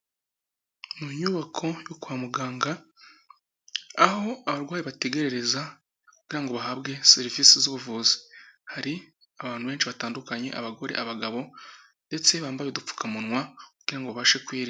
Mu nyubako yo kwa muganga aho abarwayi bategerereza kugira ngo bahabwe serivisi z'ubuvuzi, hari abantu benshi batandukanye abagore, abagabo ndetse bambaye udupfukamunwa kugira ngo babashe kwirinda...